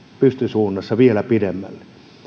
pystysuunnassa vielä pidemmälle